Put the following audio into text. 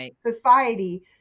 society